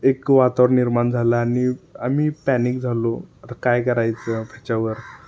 एक वातावरण निर्माण झालं आणि आम्ही पॅनिक झालो आता काय करायचं ह्याच्यावर